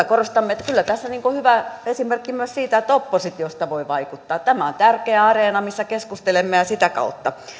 korostamme että kyllä tässä on hyvä esimerkki myös siitä että oppositiosta voi vaikuttaa tämä on tärkeä areena missä keskustelemme ja sitä kautta